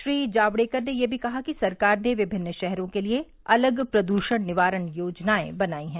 श्री जावड़ेकर ने यह भी कहा कि सरकार ने विभिन्न शहरो के लिए अलग प्रद्षण निवारण योजनाएं बनाई है